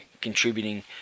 contributing